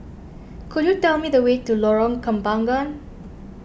could you tell me the way to Lorong Kembangan